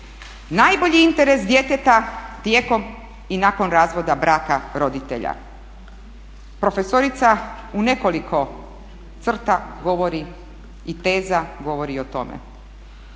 Najbolji interes djeteta tijekom i nakon razvoda braka roditelja. Profesorica u nekoliko crta i teza govori o tome